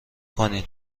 کنین